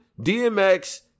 DMX